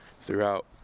throughout